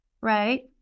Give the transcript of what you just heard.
right